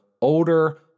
older